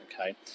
okay